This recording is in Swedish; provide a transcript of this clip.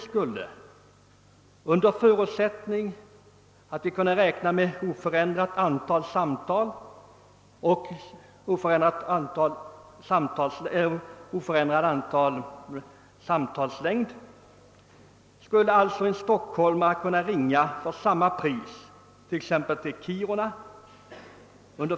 Under förutsättning av oförändrat antal samtal och oförändrad samtalslängd skulle emellertid en stockholmare samtidigt kunna för samma pris ringa till exempelvis Kiruna.